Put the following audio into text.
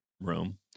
room